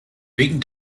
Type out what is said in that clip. wegen